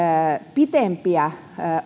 pitempiä